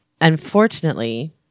Unfortunately